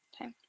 Okay